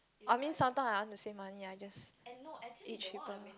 I mean sometime I want to save money I just eat cheaper